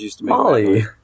Molly